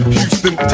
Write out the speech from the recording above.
Houston